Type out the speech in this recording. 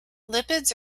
lipids